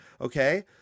okay